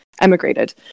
emigrated